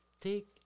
Take